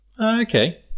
Okay